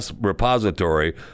repository